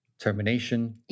termination